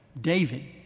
David